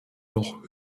noch